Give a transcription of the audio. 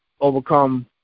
overcome